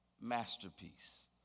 masterpiece